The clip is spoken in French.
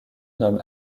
nomme